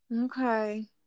Okay